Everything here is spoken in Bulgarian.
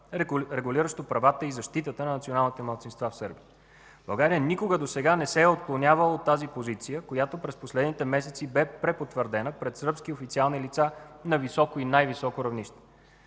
регулиращо правата и защитата на националните малцинства в Сърбия. България никога досега не се е отклонявала от тази позиция, която през последните месеци бе препотвърдена пред сръбски официални лица на високо и най-високо равнище.